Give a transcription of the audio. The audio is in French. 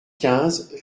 quinze